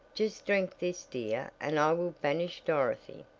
just drink this dear, and i will banish dorothy.